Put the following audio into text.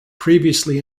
previously